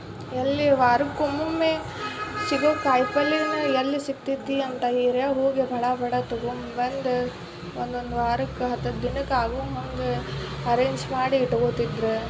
ಎಲ್ಲಿ ವಾರಕ್ಕೊಮ್ಮೊಮ್ಮೆ ಸಿಗೋ ಕಾಯಿಪಲ್ಯನ ಎಲ್ಲಿ ಸಿಕ್ತಿತ್ತಿ ಅಂತ ಹೀರೆ ಹೋಗಿ ಬಡ ಬಡ ತೊಗೊಂಬಂದು ಒಂದೊಂದು ವಾರಕ್ಕೆ ಹತ್ತತ್ತು ದಿನಕ್ಕೆ ಆಗುವ ಹಂಗೆ ಅರೇಂಜ್ ಮಾಡಿ ಇಟ್ಕೋತಿದ್ರು